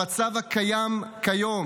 המצב הקיים היום,